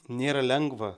nėra lengva